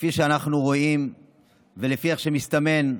כפי שאנחנו רואים ולפי איך שמסתמן,